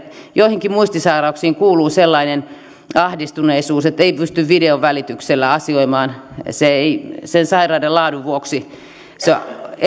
joihinkin muistisairauksiin kuuluu sellainen ahdistuneisuus että ei pysty videon välityksellä asioimaan sen sairauden laadun vuoksi se